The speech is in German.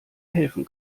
helfen